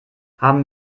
haben